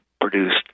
produced